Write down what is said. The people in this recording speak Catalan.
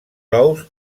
ous